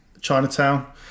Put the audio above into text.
Chinatown